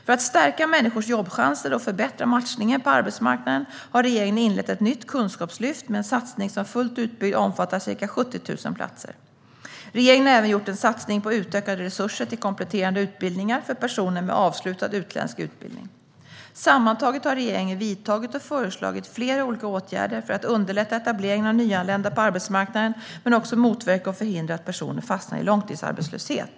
För att stärka människors jobbchanser och förbättra matchningen på arbetsmarknaden har regeringen inlett ett nytt kunskapslyft med en satsning som fullt utbyggd omfattar ca 70 000 platser. Regeringen har även gjort en satsning på utökade resurser till kompletterande utbildningar för personer med avslutad utländsk utbildning. Sammantaget har regeringen vidtagit och föreslagit flera olika åtgärder för att underlätta etableringen av nyanlända på arbetsmarknaden men också motverka och förhindra att personer fastnar i långtidsarbetslöshet.